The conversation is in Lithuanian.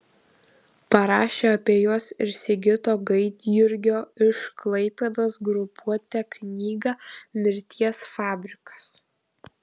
parašė apie juos ir sigito gaidjurgio iš klaipėdos grupuotę knygą mirties fabrikas